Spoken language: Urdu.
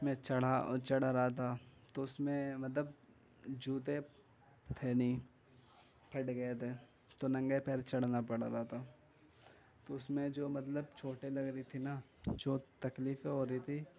میں چڑھا اور چڑھ رہا تھا تو اس میں مطلب جوتے تھے نہیں پھٹ گیے تھے تو ننگے پیر چڑھنا پڑ رہا تھا تو اس میں جو مطلب چوٹیں لگ رہی تھی نا جو تکلیفیں ہو رہی تھی